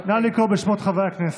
נא לקרוא בשמות חברי הכנסת.